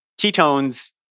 ketones